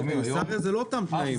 קיסריה זה לא אותם תנאים.